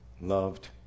loved